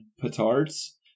petards